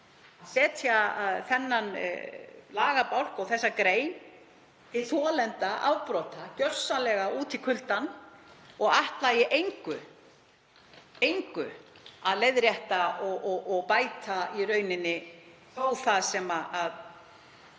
setja þennan lagabálk og þessa grein til þolenda afbrota gjörsamlega út í kuldann og ætla í engu að leiðrétta og bæta í rauninni þó það sem